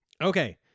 Okay